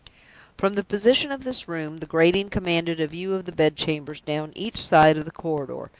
from the position of this room, the grating commanded a view of the bed-chambers down each side of the corridor,